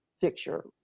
picture